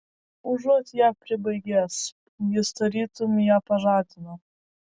užuot ją pribaigęs jis tarytum ją pažadino